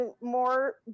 more